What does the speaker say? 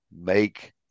make